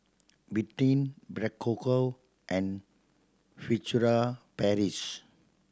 Betadine Berocca and Furtere Paris